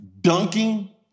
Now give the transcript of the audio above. dunking